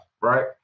right